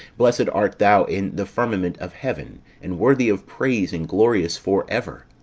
blessed art thou in the firmament of heaven and worthy of praise, and glorious for ever.